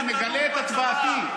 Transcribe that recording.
אני מגלה את הצבעתי,